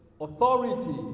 Authority